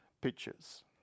pictures